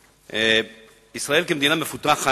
ישראל, כמדינה מפותחת,